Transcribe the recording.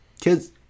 kids